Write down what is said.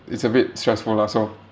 it's a bit stressful lah so